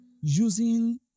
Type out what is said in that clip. using